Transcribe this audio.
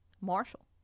Marshall